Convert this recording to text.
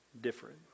different